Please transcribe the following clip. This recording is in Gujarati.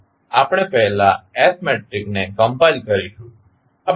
આપણે પહેલા S મેટ્રિક્સને કમ્પાઇલ કરીશું